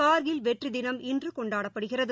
கார்கில் வெற்றிதினம் இன்றுகொண்டாடப்படுகிறது